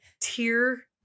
tier